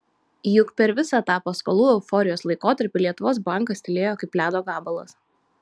juk per visą tą paskolų euforijos laikotarpį lietuvos bankas tylėjo kaip ledo gabalas